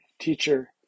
Teacher